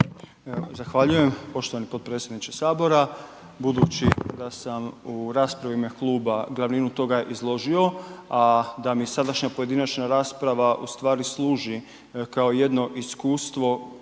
Zahvaljujem poštovani potpredsjedniče HS, budući da sam u raspravi u ime kluba glavninu toga izložio, a da mi sadašnja pojedinačna rasprava u stvari služi kao jedno iskustvo